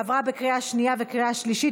עברה בקריאה שנייה ובקריאה שלישית,